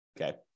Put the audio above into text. Okay